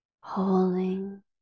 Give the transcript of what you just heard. holding